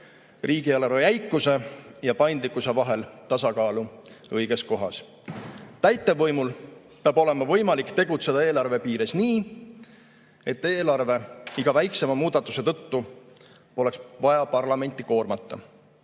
riigieelarve jäikuse ja paindlikkuse vahel tasakaalu õiges kohas. Täitevvõimul peab olema võimalik tegutseda eelarve piires nii, et eelarve iga väiksema muudatuse tõttu poleks parlamenti vaja koormata.